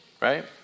right